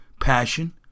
passion